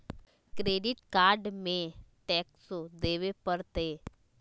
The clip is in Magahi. क्रेडिट कार्ड में टेक्सो देवे परते?